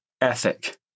ethic